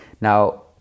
Now